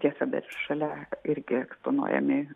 tiesa bet šalia irgi eksponuojamis